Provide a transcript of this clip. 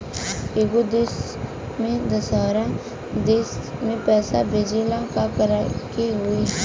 एगो देश से दशहरा देश मे पैसा भेजे ला का करेके होई?